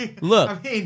Look